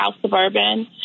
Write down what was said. Suburban